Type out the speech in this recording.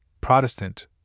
Protestant